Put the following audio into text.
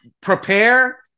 prepare